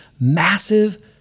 massive